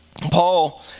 Paul